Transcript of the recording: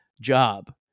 job